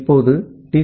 இப்போது டி